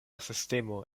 sistemo